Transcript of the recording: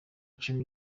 cumi